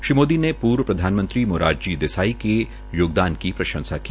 श्री मोदी ने पूर्व प्रधानमंत्री मोरारजी देसाई के योगदान की प्रंशसा की